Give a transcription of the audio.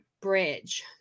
bridge